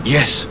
Yes